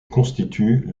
constitue